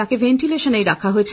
তাঁকে ভেন্টিলেশনেই রাখা হয়েছে